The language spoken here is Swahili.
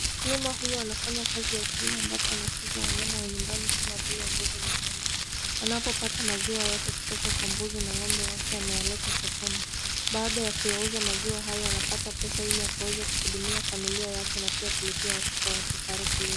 Mkulima huyu anafanya kazi ya ukulima ambapo anafuga wanyama wa nyumbani kama vile mbuzi na ng'ombe. Anapopata maziwa yake kutoka kwa mbuzi na ng'ombe wake anayaleta sokoni. Baada ya kuyauza maziwa hayo anapata pesa ili akaweze kuhudumia familia yake na pia kulipia watoto wake karo shuleni.